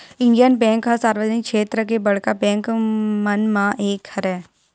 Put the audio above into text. Indian bank ह सार्वजनिक छेत्र के बड़का बेंक मन म एक हरय